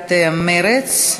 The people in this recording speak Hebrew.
סיעת מרצ.